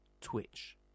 Twitch